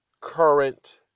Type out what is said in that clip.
current